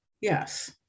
Yes